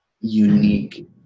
unique